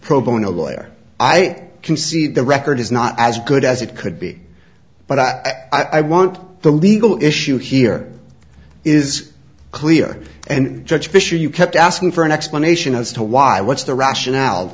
bono lawyer i can see the record is not as good as it could be but i i want the legal issue here is clear and judge fisher you kept asking for an explanation as to why what's the rationale